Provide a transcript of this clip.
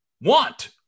want